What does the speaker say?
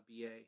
BA